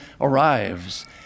arrives